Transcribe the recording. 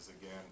again